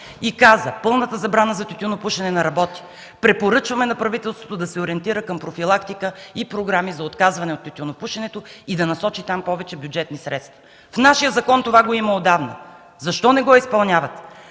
и каза: „Пълната забрана за тютюнопушене не работи. Препоръчваме на правителството да се ориентира към профилактика и програми за отказване от тютюнопушенето и да насочи там повече бюджетни средства”. В нашия закон това го има отдавна. Защо не го изпълнявате?